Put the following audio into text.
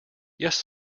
yes